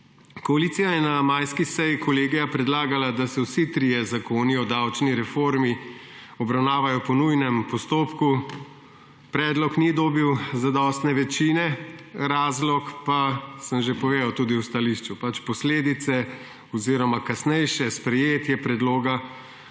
Koalicija je na majski seji kolegija predlagala, da se vsi trije zakoni o davčni reformi obravnavajo po nujnem postopku. Predlog ni dobil zadostne večine, razlog pa sem že povedal tudi v stališču, kasnejše sprejetje predloga